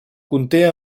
conté